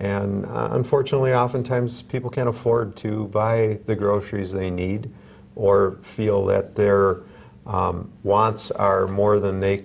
and unfortunately oftentimes people can't afford to buy the groceries they need or feel that there are wants are more than they